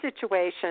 situation